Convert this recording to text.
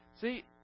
See